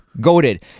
goaded